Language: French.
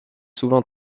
souvent